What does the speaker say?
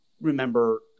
Remember